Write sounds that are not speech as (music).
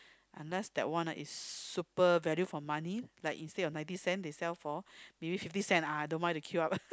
unless that one ah is super value for money like instead of ninety cent they sell for maybe fifty cent ah I don't mind to queue up (laughs)